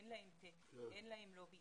אין להם פה, אין להם לובי